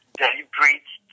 deliberate